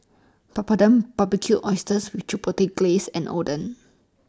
Papadum Barbecued Oysters with Chipotle Glaze and Oden